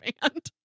band